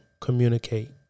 communicate